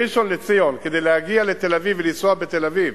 בראשון-לציון, כדי להגיע לתל-אביב ולנסוע בתל-אביב